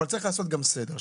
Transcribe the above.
אבל צריך לעשות גם סדר,